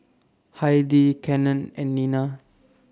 Heidi Cannon and Nina